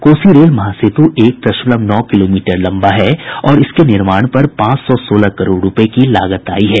Kosi rail महासेतु एक दशमलव नौ किलो मीटर लम्बा है और इसके निर्माण पर पांच सौ सोलह करोड़ रुपए की लागत आई है